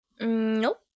nope